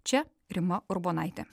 čia rima urbonaitė